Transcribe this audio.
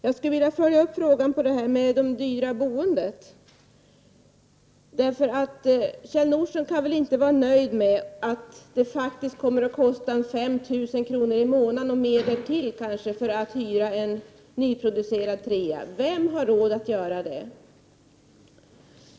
Jag skulle vilja följa upp frågan om det dyra boendet. Kjell Nordström kan väl inte vara nöjd med att det kommer att kosta 5 000 kr. i månaden och mer därtill att hyra en nyproducerad trea. Vem har råd med det?